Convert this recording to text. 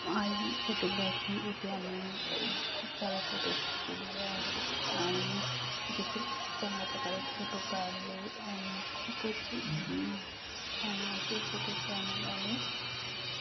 आई photography येते आम्ही खूप सारे फोटोशूट केलेले आहेत आणि तिथे खूप चांगल्या प्रकारे फोटो काढले आणि खूपच छान असे फोटो काढण्यात आले